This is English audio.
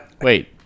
Wait